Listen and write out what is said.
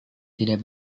tidak